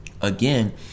again –